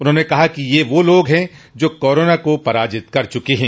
उन्होंने कहा कि ये वे लोग हैं जो कोरोना को पराजित कर चुके हैं